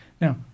Now